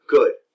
Good